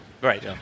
right